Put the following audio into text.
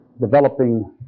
developing